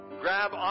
grab